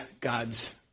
God's